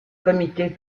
comité